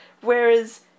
Whereas